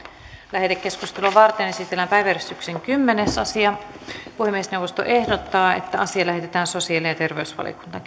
lähetekeskustelua varten esitellään päiväjärjestyksen kymmenes asia puhemiesneuvosto ehdottaa että asia lähetetään sosiaali ja terveysvaliokuntaan